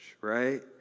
right